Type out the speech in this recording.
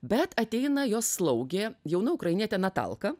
bet ateina jos slaugė jauna ukrainietė natalka